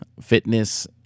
fitness